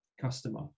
customer